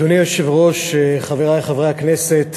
אדוני היושב-ראש, חברי חברי הכנסת,